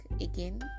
again